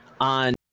on